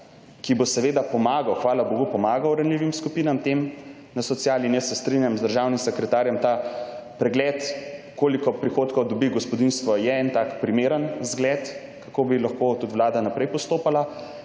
ki bo seveda pomagal, hvala bogu pomagal ranljivim skupinam tem na sociali. In jaz se strinjam z državnim sekretarjem, ta pregled, koliko prihodkov dobi gospodinjstvo, je en tak primeren zgled, kako bi lahko tudi Vlada naprej postopala,